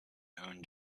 owned